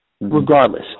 regardless